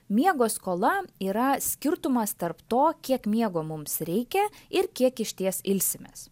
miego skola yra skirtumas tarp to kiek miego mums reikia ir kiek išties ilsimės